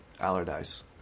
Allardyce